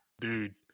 Dude